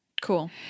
Cool